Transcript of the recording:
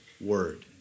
word